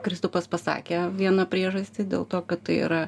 kristupas pasakė vieną priežastį dėl to kad tai yra